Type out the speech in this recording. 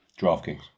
DraftKings